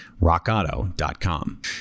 RockAuto.com